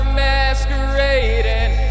masquerading